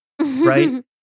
right